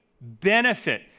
benefit